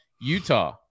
Utah